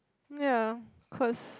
ya cause